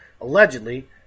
allegedly